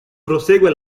prosegue